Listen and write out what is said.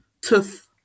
tooth